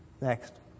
Next